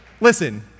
Listen